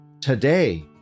Today